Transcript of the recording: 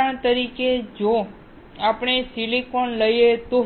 ઉદાહરણ તરીકે જો આપણે સિલિકોન લઈએ તો